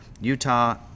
utah